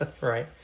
Right